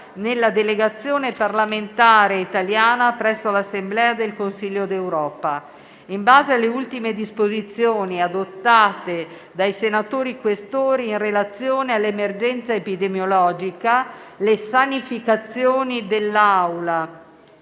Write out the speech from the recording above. nella delegazione parlamentare italiana presso l'Assemblea del Consiglio d'Europa. In base alle ultime disposizioni adottate dai senatori Questori in relazione all'emergenza epidemiologica, le sanificazioni dell'Aula